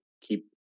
keep